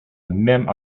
même